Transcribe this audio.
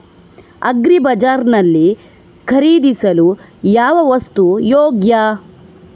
Agri bazaar ನಲ್ಲಿ ಖರೀದಿಸಲು ಯಾವ ವಸ್ತು ಯೋಗ್ಯ?